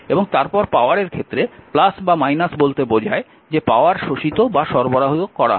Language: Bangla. এবং তারপর পাওয়ার এর ক্ষেত্রে বা বলতে বোঝায় যে পাওয়ার শোষিত বা সরবরাহ করা হয়েছে